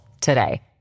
today